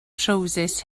trowsus